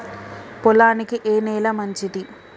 పొలానికి ఏ నేల మంచిది?